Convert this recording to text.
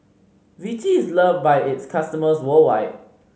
Vichy is loved by its customers worldwide